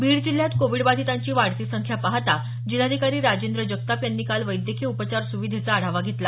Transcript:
बीड जिल्ह्यात कोविडबाधितांची वाढती संख्या पाहता जिल्हाधिकारी राजेंद्र जगताप यांनी काल वैद्यकीय उपचार सुविधेचा आढावा घेतला